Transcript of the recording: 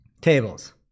Tables